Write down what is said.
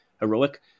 heroic